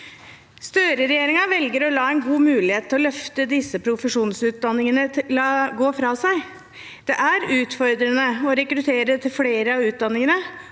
Støre-regjeringen velger å la en god mulighet til å løfte disse profesjonsutdanningene gå fra seg. Det er utfordrende å rekruttere til flere av utdanningene,